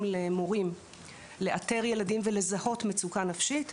למורים לאתר ילדים ולזהות מצוקה נפשית,